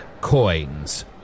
coins